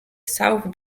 south